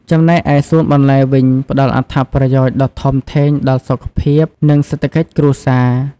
ចំណែកឯសួនបន្លែវិញ ផ្តល់អត្ថប្រយោជន៍ដ៏ធំធេងដល់សុខភាព និងសេដ្ឋកិច្ចគ្រួសារ។